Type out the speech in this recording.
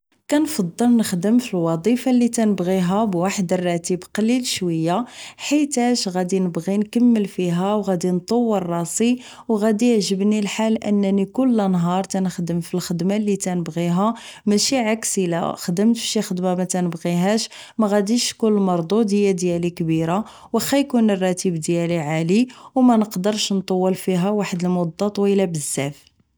كنفضل نخدم في الوظيفة اللي كنبغيها بواحد الراتب قليل شوية حيتاش غادي نبغي نكمل فيها وغادي نطول راسي وغادي يعجبني الحال انني كل نهار تنخدم في الخدمة اللي تبغيها ماشي عكسي خدمت فشي خدمة نبغيها مغاديش تكون المردود ديالي كبيرة واخا يكون الراتب ديالي عالي ومانقدرش نطول فيها واحد المدة طويله بزاف